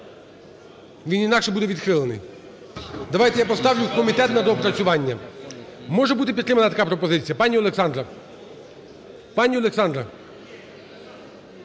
Він інакше буде відхилений. Давайте я поставлю в комітет на доопрацювання. Може бути підтримана така пропозиція, пані Олександра?